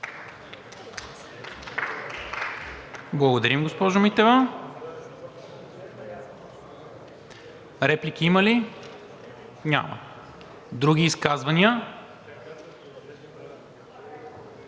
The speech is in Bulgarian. Благодаря, госпожо Митева. Реплики има ли? Няма. Други изказвания?